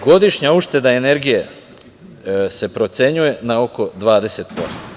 Godišnja ušteda energije se procenjuje na oko 20%